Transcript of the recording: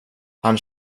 han